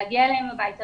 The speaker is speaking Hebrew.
להגיע אליהם הביתה